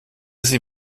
sie